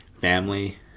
family